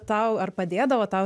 tau ar padėdavo tau